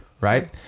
right